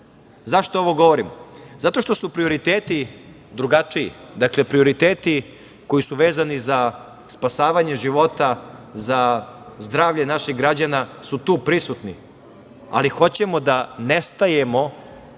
ovo govorim? Zato što su prioriteti drugačiji. Dakle prioriteti koji su vezani za spasavanje života, za zdravlje naših građana su tu prisutni, ali hoćemo da nestajemo